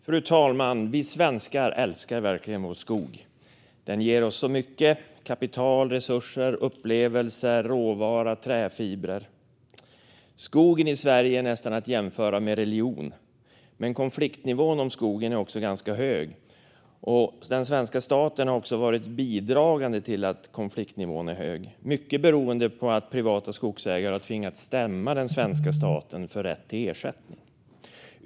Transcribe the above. Fru talman! Vi svenskar älskar verkligen vår skog. Den ger oss så mycket: kapital, resurser, upplevelser, råvara, träfibrer. Skogen i Sverige är nästan att jämföra med religion. Men konfliktnivån när det gäller skogen är också ganska hög. Den svenska staten har varit bidragande till den höga konfliktnivån, mycket beroende på att privata skogsägare har tvingats stämma den svenska staten för rätt till ersättning.